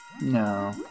No